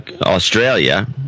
Australia